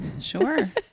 Sure